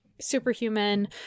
superhuman